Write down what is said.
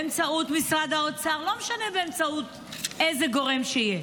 באמצעות משרד האוצר או לא משנה באמצעות איזה גורם שיהיה.